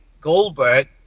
goldberg